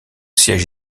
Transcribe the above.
siège